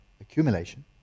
accumulation